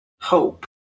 hope